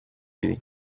ibiri